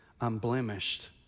unblemished